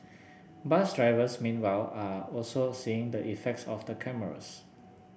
bus drivers meanwhile are also seeing the effects of the cameras